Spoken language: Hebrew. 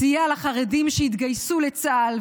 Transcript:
סייע לחרדים שהתגייסו לצה"ל,